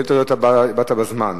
לשאילתא הזאת באת בזמן.